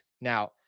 now